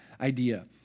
idea